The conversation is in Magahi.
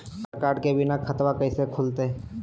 आधार कार्ड के बिना खाताबा कैसे खुल तय?